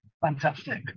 fantastic